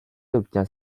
obtient